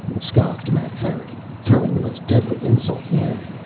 scoffed mapfarity, throwing the most deadly insult known.